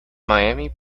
miami